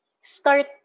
start